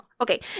Okay